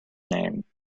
name